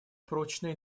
прочная